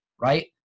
right